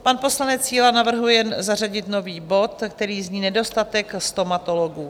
Pan poslanec Síla navrhuje zařadit nový bod, který zní: Nedostatek stomatologů.